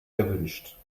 erwünscht